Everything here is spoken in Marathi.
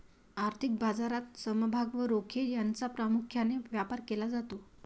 आर्थिक बाजारात समभाग व रोखे यांचा प्रामुख्याने व्यापार केला जातो